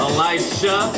Elisha